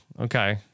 Okay